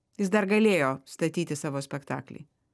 jis dar galėjo statyti savo spektaklį